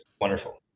wonderful